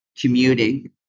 commuting